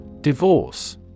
Divorce